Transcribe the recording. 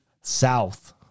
south